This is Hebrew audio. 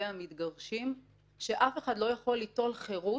והמתגרשים והוא שאף אחד לא יכול ליטול חירות,